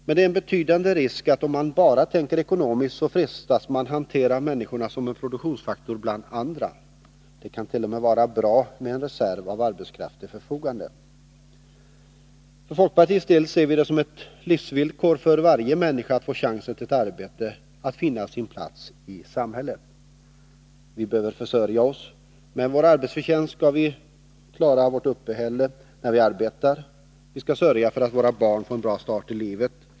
Men om man bara tänker ekonomiskt är det en betydande risk att man frestas att hantera människorna som en produktionsfaktor bland andra. Då kan det t.o.m. vara bra med en reserv av arbetskraft till förfogande. Folkpartiet ser det som ett livsvillkor för varje människa att få chansen till ett arbete, att finna sin plats i samhället. Vi behöver försörja oss. Med vår arbetsförtjänst skall vi klara vårt uppehälle när vi arbetar, och vi skall sörja för att våra barn får en bra start i livet.